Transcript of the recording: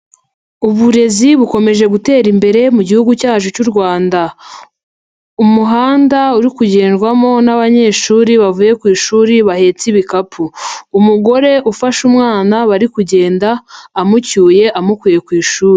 Uburezi bukomeje gutera imbere mu gihugu cyacu cy'u Rwanda. Umuhanda uri kugendwamo n'abanyeshuri bavuye ku ishuri bahetse ibikapu. Umugore ufashe umwana bari kugenda, amucyuye, amukuye ku ishuri.